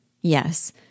Yes